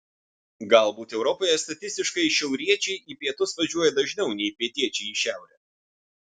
galbūt europoje statistiškai šiauriečiai į pietus važiuoja dažniau nei pietiečiai į šiaurę